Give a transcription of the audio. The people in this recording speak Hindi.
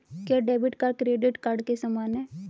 क्या डेबिट कार्ड क्रेडिट कार्ड के समान है?